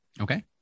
okay